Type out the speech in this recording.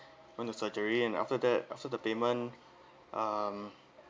went to surgery and after that after the payment um